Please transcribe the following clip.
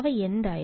അവ എന്തായിരുന്നു